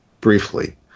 briefly